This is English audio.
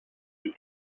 the